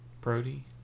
Brody